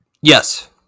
Yes